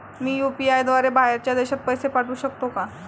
मी UPI द्वारे बाहेरच्या देशात पैसे पाठवू शकतो का?